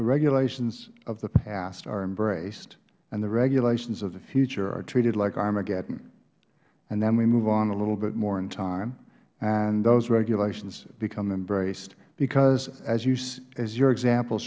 regulations of the past are embraced and the regulations of the future are treated like armageddon and then we move on a little bit more in time and those regulations become embraced because as your example